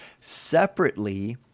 Separately